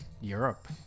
Europe